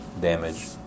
damage